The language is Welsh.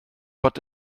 bod